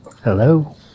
Hello